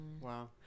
wow